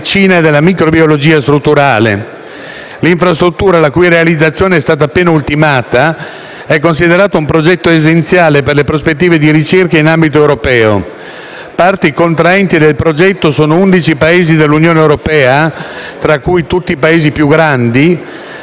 L'infrastruttura, la cui realizzazione è stata appena ultimata, è considerata un progetto essenziale per le prospettive della ricerca in ambito europeo. Parti contraenti del progetto sono 11 Paesi dell'Unione europea, tra cui tutti i Paesi più grandi, oltre alla Svizzera e alla Russia.